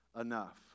enough